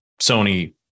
Sony